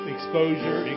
Exposure